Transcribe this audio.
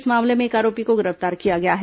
इस मामले में एक आरोपी को गिरफ्तार किया गया है